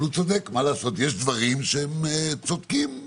יש דברים שהם צודקים.